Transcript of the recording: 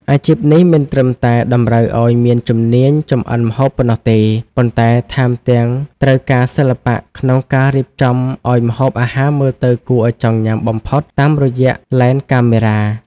អាជីពនេះមិនត្រឹមតែតម្រូវឱ្យមានជំនាញចម្អិនម្ហូបប៉ុណ្ណោះទេ ប៉ុន្តែថែមទាំងត្រូវការសិល្បៈក្នុងការរៀបចំឱ្យម្ហូបអាហារមើលទៅគួរឱ្យចង់ញ៉ាំបំផុតតាមរយៈឡេនកាមេរ៉ា។